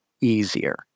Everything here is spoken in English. easier